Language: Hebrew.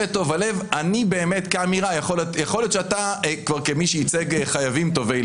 יכול להיות שאתה כמי שייצג חייבים טובי